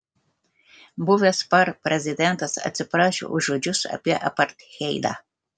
buvęs par prezidentas atsiprašė už žodžius apie apartheidą